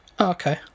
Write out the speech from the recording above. Okay